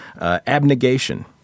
Abnegation